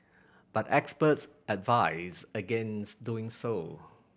but experts advise against doing so